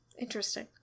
interesting